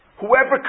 Whoever